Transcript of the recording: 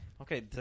Okay